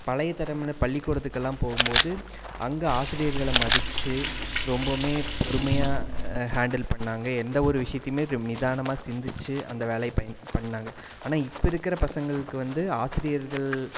பழைய தலைமுறையினர் பள்ளிக்கூடத்துக்கெலாம் போகும் போது அங்கே ஆசிரியர்களை மதிச்சு ரொம்பவும் பொறுமையாக ஹேண்டில் பண்ணிணாங்க எந்தவொரு விஷயத்தையுமே நிதானமாக சிந்திச்சு அந்த வேலையை பயன் பண்ணிணாங்க ஆனால் இப்போ இருக்கிற பசங்களுக்கு வந்து ஆசிரியர்கள்